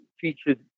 featured